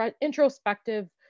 introspective